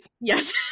yes